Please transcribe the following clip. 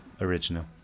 original